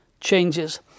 changes